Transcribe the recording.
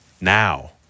now